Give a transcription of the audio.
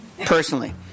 personally